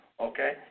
okay